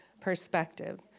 perspective